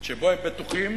שבו הם בטוחים